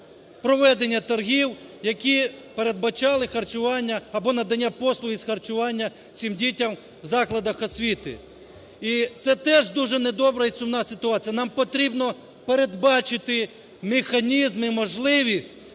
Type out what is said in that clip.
проведення торгів, які передбачали харчування, або надання послуги з харчування цим дітям в закладах осовіти. І це теж дуже недобра і сумна ситуація. Нам потрібно передбачити механізм і можливість